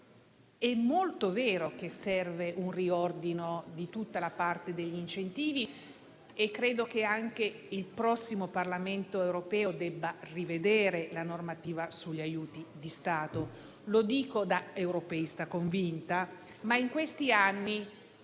è molto vero che serve un riordino di tutta la parte degli incentivi e credo che anche il prossimo Parlamento europeo debba rivedere la normativa sugli aiuti di Stato. Lo dico da europeista convinta, ma in questi anni